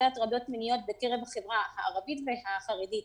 להטרדות מיניות בקרב החברה הערבית והחרדית.